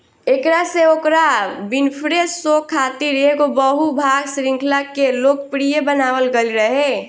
एकरा से Oprah Winfrey show खातिर एगो बहु भाग श्रृंखला के लोकप्रिय बनावल गईल रहे